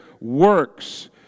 works